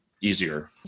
easier